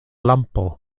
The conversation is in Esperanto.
lampo